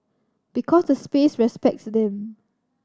because the space respects them